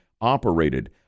operated